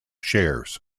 shares